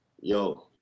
Yo